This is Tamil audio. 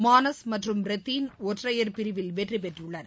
மானஸ் மற்றும் ரெத்தின் ஒற்றையர் பிரிவில் வெற்றி பெற்றுள்ளனர்